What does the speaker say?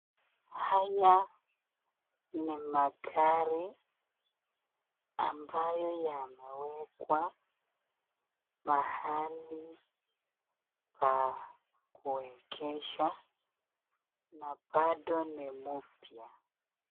Haya ni magari ambayo yanawekwa mahali pa kuegesha na bado ni mpya.